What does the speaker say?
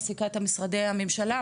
מעסיקה את משרדי הממשלה,